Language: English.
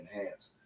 enhanced